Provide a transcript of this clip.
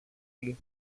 μου